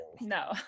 No